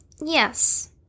yes